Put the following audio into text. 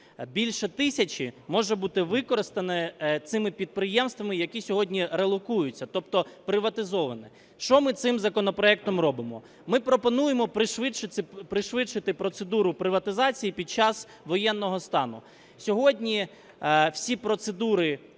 Більше тисячі може бути використане цими підприємствами, які сьогодні релокуються, тобто приватизовані. Що ми цим законопроектом робимо? Ми пропонуємо пришвидшити процедуру приватизації під час воєнного стану. Сьогодні всі процедури